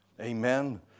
Amen